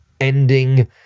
ending